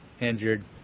injured